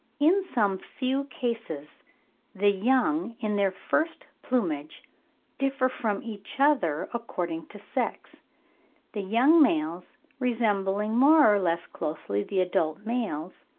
in some few cases the young in their first plumage differ from each other according to sex the young males resembling more or less closely the adult males,